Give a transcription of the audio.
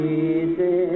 easy